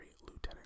lieutenant